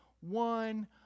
one